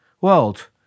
world